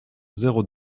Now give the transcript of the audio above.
zéro